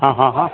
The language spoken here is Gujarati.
હઁ હઁ હઁ